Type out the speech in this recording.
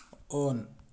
on